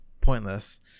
pointless